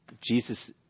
Jesus